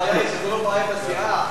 הבעיה היא שזו לא בעיית הסיעה,